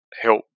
help